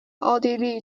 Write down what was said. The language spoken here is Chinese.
奥地利